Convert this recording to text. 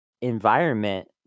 environment